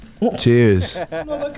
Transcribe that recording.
Cheers